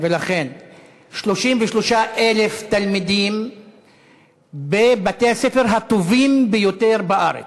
33,000 תלמידים בבתי-הספר הטובים ביותר בארץ,